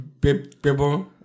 people